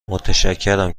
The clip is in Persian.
متشکرم